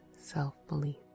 self-belief